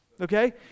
Okay